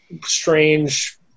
strange